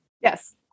Yes